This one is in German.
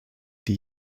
die